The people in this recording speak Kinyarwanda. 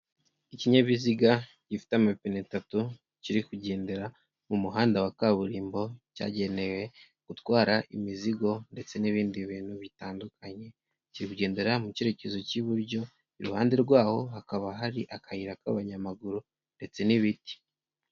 Ikinyabiziga gifite amapine atatu kiri kugendera mu muhanda wa kaburimbo, cyagenewe gutwara imizigo ndetse n'ibindi bintu bitandukanye, kiri kugendera mu cyerekezo cy'iburyo, iruhande rwaho hakaba hari akayira k'abanyamaguru ndetse n'ibiti.